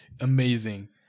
amazing